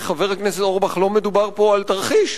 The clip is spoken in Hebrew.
חבר הכנסת אורבך, שלא מדובר פה על תרחיש.